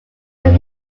cured